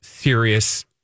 Serious